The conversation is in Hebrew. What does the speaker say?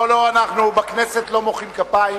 לא, לא, אנחנו בכנסת לא מוחאים כפיים.